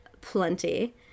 plenty